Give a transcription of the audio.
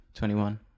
21